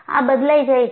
આ બદલાય જાય છે